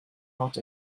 not